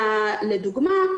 לדוגמא,